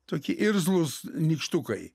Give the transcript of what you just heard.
tokie irzlūs nykštukai